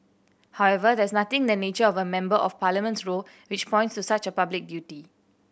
however there is nothing in the nature of a Member of Parliament's role which points to such a public duty